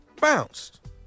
bounced